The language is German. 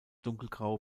dunkelgrau